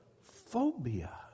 Phobia